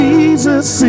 Jesus